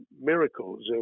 miracles